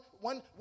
one